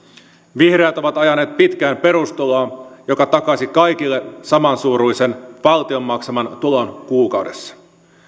vihreät ovat ajaneet pitkään perustuloa joka takaisi kaikille samansuuruisen valtion maksaman tulon kuukaudessa